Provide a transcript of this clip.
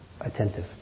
attentive